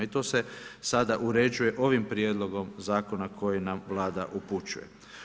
I to se sada uređuje ovim prijedlogom zakona koji nam vlada upućuje.